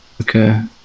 Okay